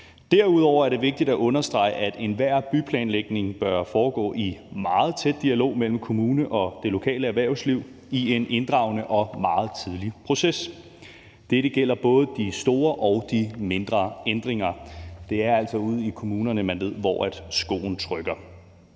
Derudover er det vigtigt at understrege, at enhver byplanlægning bør foregå i meget tæt dialog mellem kommune og det lokale erhvervsliv i en inddragende og meget tidlig proces. Dette gælder både de store og de mindre ændringer. Det er altså ude i kommunerne, man ved, hvor skoen trykker.